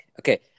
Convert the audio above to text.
Okay